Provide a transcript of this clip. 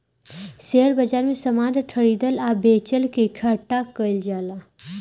share बाजार में समान के खरीदल आ बेचल के इकठ्ठा कईल जाला